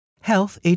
Health